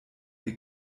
ihr